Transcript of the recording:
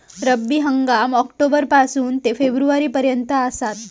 रब्बी हंगाम ऑक्टोबर पासून ते फेब्रुवारी पर्यंत आसात